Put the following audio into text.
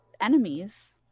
enemies